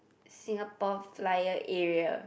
Singapore-Flyer area